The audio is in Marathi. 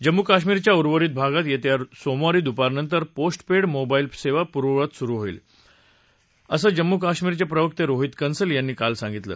जम्मू कश्मीरच्या उर्वरित भागात येत्या सोमवारी दुपारनंतर पोस पेड मोबाईल सेवा पूर्ववत सुरू होईल असं जम्मू कश्मीर सरकारचे प्रवक्ते रोहित कन्सल यांनी काल सांगितलं